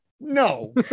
No